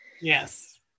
yes